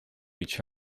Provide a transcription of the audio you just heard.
each